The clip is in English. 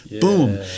Boom